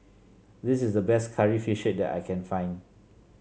this is the best Curry Fish Head I can find